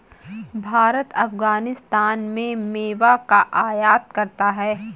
भारत अफगानिस्तान से मेवा का आयात करता है